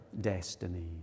destiny